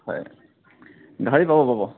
হয় গাহৰি পাব পাব